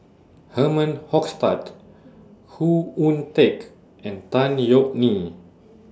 Herman Hochstadt Khoo Oon Teik and Tan Yeok Nee